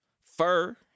fur